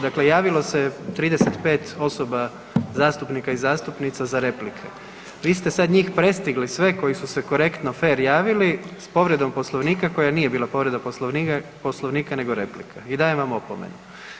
Dakle, javilo se 35 osoba zastupnika i zastupnica za replike, vi ste sada njih prestigli sve koji su se korektno fer javili s povredom Poslovnika koja nije bila povreda Poslovnika nego replika i dajem vam opomenu.